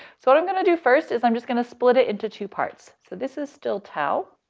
so what i'm gonna do first is i'm just going to split it into two parts. so this is still tau.